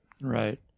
Right